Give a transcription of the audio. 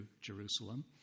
Jerusalem